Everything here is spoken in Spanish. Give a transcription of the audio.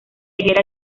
higuera